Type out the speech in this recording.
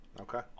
Okay